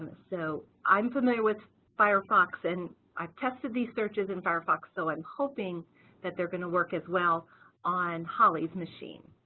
i'm so i'm familiar with firefox and i've tested these searches in firefox, so i'm and hoping that they're going to work as well on holly's machine.